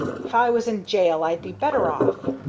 if i was in jail i'd be better off.